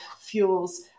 fuels